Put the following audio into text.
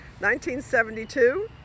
1972